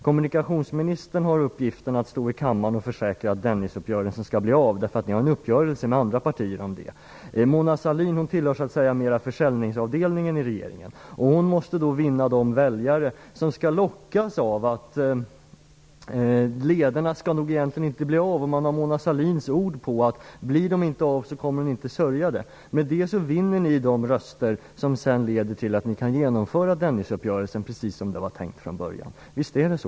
Kommunikationsministern har uppgiften att stå i kammaren och försäkra att Dennisuppgörelsen skall bli av, därför att ni har en uppgörelse med andra partier om det. Mona Sahlin tillhör mera försäljningsavdelningen i regeringen, och hon måste vinna de väljare som skall lockas av att lederna egentligen inte kommer att byggas. Man har Mona Sahlins ord på att hon inte kommer att sörja om lederna inte byggs. Med det vinner ni röster, och därmed kan ni genomföra Dennisuppgörelsen precis som det var tänkt från början. Visst är det så?